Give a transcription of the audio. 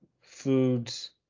foods